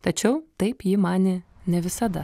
tačiau taip ji manė ne visada